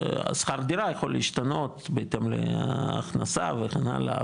השכר דירה יכול להשתנות בהתאם להכנסה וכן הלאה,